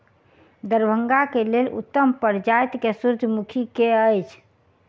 दरभंगा केँ लेल उत्तम प्रजाति केँ सूर्यमुखी केँ अछि?